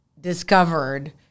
discovered